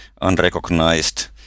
unrecognized